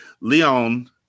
Leon